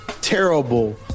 terrible